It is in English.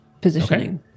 positioning